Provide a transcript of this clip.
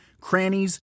crannies